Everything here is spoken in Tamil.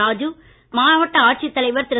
ராஜு மாடவ்ட ஆட்சித் தலைவர் திரு